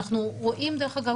דרך אגב,